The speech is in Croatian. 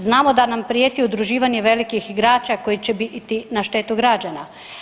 Znamo da nam prijeti udruživanje velikih igrača koji će biti na štetu građana.